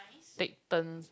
take turns